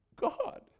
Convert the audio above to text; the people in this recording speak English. God